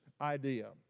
idea